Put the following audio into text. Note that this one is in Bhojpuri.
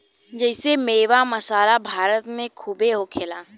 जेइसे मेवा, मसाला भारत मे खूबे होखेला